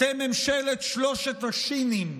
אתם ממשלת שלושת השי"נים: